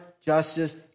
justice